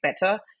better